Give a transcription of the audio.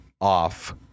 off